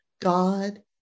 God